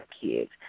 kids